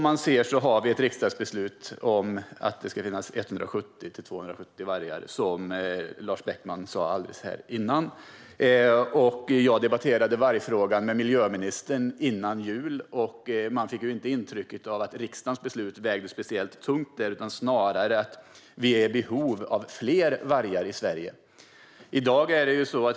Vi har ett riksdagsbeslut om att det ska finnas 170-270 vargar, som Lars Beckman sa här precis innan. Jag debatterade vargfrågan med miljöministern före jul och fick inte intrycket att riksdagens beslut vägde speciellt tungt där, utan att vi snarare är i behov av fler vargar i Sverige.